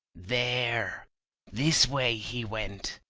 there this way he went,